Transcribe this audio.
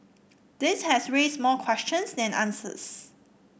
this has raised more questions than answers